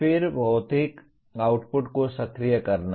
फिर भौतिक आउटपुट को सक्रिय करना